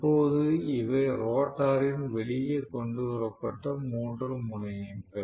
இப்போது இவை ரோட்டரின் வெளியே கொண்டு வரப்பட்ட மூன்று முனையங்கள்